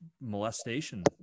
molestation